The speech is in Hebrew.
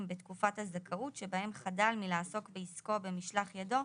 בתקופת הזכאות שבהם חדל מלעסוק בעסקו או במשלח ידו,